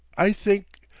i think.